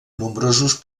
nombrosos